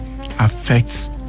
affects